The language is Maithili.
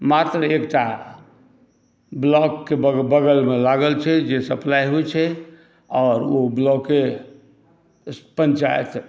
मात्र एकटा ब्लॉकके बगल बगलमे लागल छै जे सप्लाई होइ छै आओर ओ ब्लॉके पंचायत